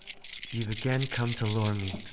you've again come to lure me,